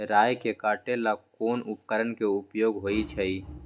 राई के काटे ला कोंन उपकरण के उपयोग होइ छई?